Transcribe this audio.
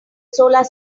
solar